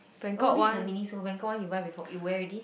oh this is the Miniso Bangkok you buy before you wear already